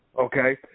okay